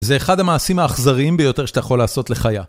זה אחד המעשים האכזריים ביותר שאתה יכול לעשות לחיה.